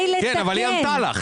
אבל היא ענתה לך.